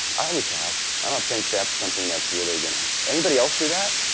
i always have. i don't think that's something that's really going to anybody else do that?